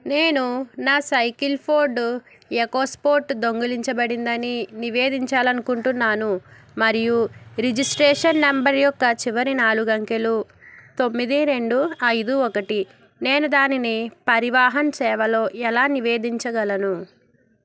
నేను నా cycle Ford EcoSport దొంగిలించబడిందని నివేదించాలి అనుకుంటున్నాను మరియు రిజిస్ట్రేషన్ నెంబర్ యొక్క చివరి నాలుగు అంకెలు తొమ్మిది రెండు ఐదు ఒకటి నేను దానిని పరివాహన్ సేవలో ఎలా నివేదించగలను